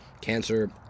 cancer